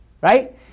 right